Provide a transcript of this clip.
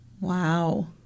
Wow